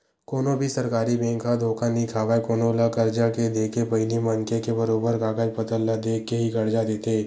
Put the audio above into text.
कोनो भी सरकारी बेंक ह धोखा नइ खावय कोनो ल करजा के देके पहिली मनखे के बरोबर कागज पतर ल देख के ही करजा देथे